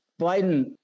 Biden